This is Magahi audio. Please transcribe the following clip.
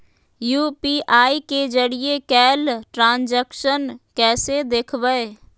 यू.पी.आई के जरिए कैल ट्रांजेक्शन कैसे देखबै?